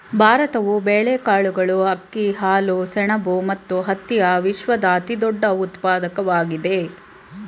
ಭಾರತವು ಬೇಳೆಕಾಳುಗಳು, ಅಕ್ಕಿ, ಹಾಲು, ಸೆಣಬು ಮತ್ತು ಹತ್ತಿಯ ವಿಶ್ವದ ಅತಿದೊಡ್ಡ ಉತ್ಪಾದಕವಾಗಿದೆ